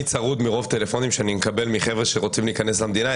אני צרוד מרוב טלפונים שאני מקבל מחבר'ה שרוצים להיכנס למדינה.